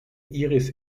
iris